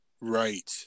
Right